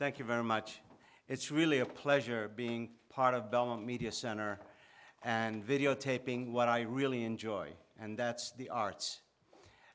thank you very much it's really a pleasure being part of media center and videotaping what i really enjoy and the arts